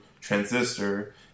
Transistor